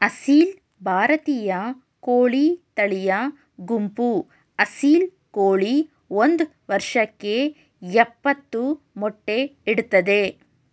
ಅಸೀಲ್ ಭಾರತೀಯ ಕೋಳಿ ತಳಿಯ ಗುಂಪು ಅಸೀಲ್ ಕೋಳಿ ಒಂದ್ ವರ್ಷಕ್ಕೆ ಯಪ್ಪತ್ತು ಮೊಟ್ಟೆ ಇಡ್ತದೆ